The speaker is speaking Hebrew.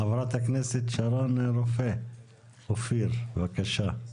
חברת הכנסת שרון רופא אופיר, בבקשה.